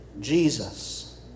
Jesus